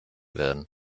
werden